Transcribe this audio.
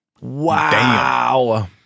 Wow